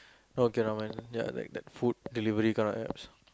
okay never mind ya that that food delivery kind of apps